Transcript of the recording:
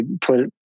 put